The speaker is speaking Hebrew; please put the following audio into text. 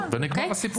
ונגמר הסיפור.